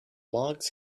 logs